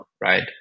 right